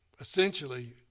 essentially